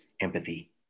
empathy